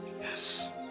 Yes